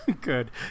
good